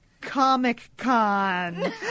Comic-Con